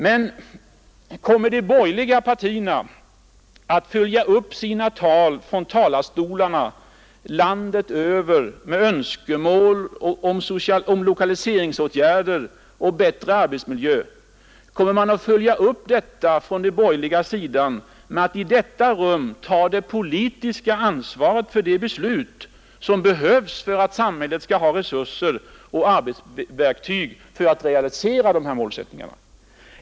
Men kommer man inom de borgerliga partierna att följa upp sina tal från talarstolarna landet över med önskemål om lokaliseringsåtgärder och bättre arbetsmiljö med att i detta rum ta det politiska ansvaret för beslut, som ger samhället de resurser och arbetsverktyg som behövs för att realisera dessa målsättningar?